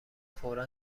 فورا